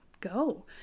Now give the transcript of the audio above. go